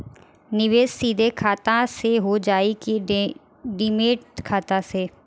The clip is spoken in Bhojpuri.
निवेश सीधे खाता से होजाई कि डिमेट खाता से?